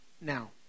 Now